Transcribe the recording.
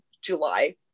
July